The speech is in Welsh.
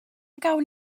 gawn